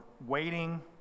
waiting